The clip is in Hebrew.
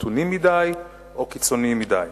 מתונים מדי או קיצוניים מדי.